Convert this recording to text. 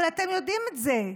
אבל אתם יודעים את זה,